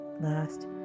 last